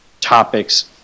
topics